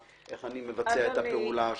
איך אני מבצע את פעולת הפיצול.